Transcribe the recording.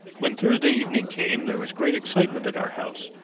when thursday evening came there was great excitement at our house,